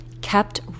kept